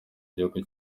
gihugu